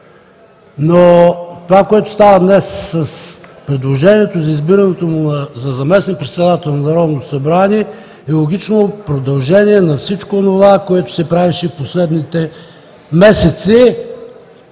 Това, което става днес с предложението за избирането му за заместник-председател на Народното събрание, е логично продължение на всичко онова, което се правеше в последните месеци